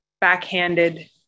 backhanded